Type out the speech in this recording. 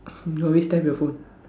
no you still have your phone